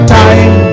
time